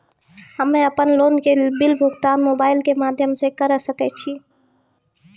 हम्मे अपन लोन के बिल भुगतान मोबाइल के माध्यम से करऽ सके छी?